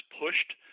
pushed